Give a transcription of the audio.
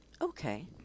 okay